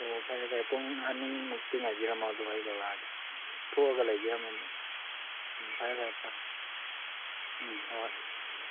ꯑꯣ ꯐꯔꯦ ꯐꯔꯦ ꯄꯨꯡ ꯑꯅꯤꯃꯨꯛꯇꯤ ꯉꯥꯏꯕꯤꯔꯝꯃꯣ ꯑꯩ ꯌꯧꯔꯛꯑꯒꯦ ꯊꯣꯛꯑꯒ ꯂꯩꯕꯤꯔꯝꯃꯣ ꯑꯗꯨꯝ ꯎꯝ ꯐꯔꯦ ꯐꯔꯦ ꯊꯝꯃꯣ ꯎꯝ ꯍꯣꯏ ꯍꯣꯏ